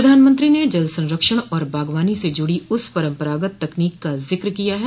प्रधानमंत्री ने जल संरक्षण और बागवानी से जड़ो उस परंपरागत तकनीक का जिक्र किया है